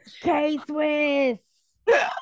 k-swiss